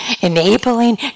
enabling